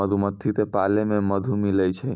मधुमक्खी क पालै से मधु मिलै छै